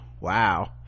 wow